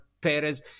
Perez